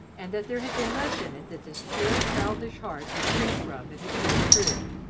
and that there had been less in it that this pure, childish heart would shrink from if it knew the truth.